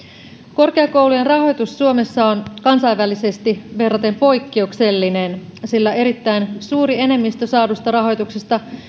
korkeakoulujen rahoitus suomessa on kansainvälisesti verraten poikkeuksellinen sillä erittäin suuri enemmistö saadusta rahoituksesta